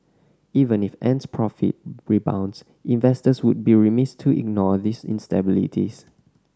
even if Ant's profit rebounds investors would be remiss to ignore these instabilities